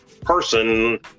person